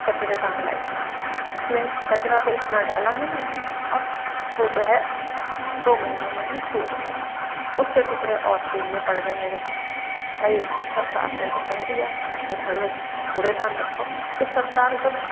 कचरेदान लाई उसमें कचरा तो इतना डाला नहीं और वो जो है दो महीने में ही टूट गया उसके टुकड़े और बीनने पर गए मेरे को भाई सरकार ने तो कह दिया कि घर में कूड़ेदान रखो तो सरकार जब